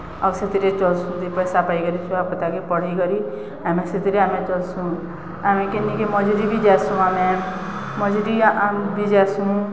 ଆଉ ସେଥିରେ ଚଲ୍ସୁଁ ଦି ପଏସା ପାଇକରି ଛୁଆପୁତାକେ ପଢ଼େଇକରି ଆମେ ସେଥିରେ ଆମେ ଚଲ୍ସୁଁ ଆମେ କେନିକେ ମଜୁରୀ ବି ଯାଏସୁଁ ଆମେ ମଜୁରୀ ଆମେ ବି ଯାଏସୁଁ